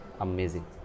amazing